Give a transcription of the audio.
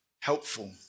helpful